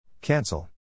Cancel